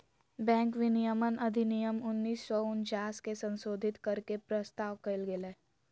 bank विनियमन अधिनियम उन्नीस सौ उनचास के संशोधित कर के के प्रस्ताव कइल गेलय